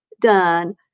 done